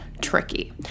tricky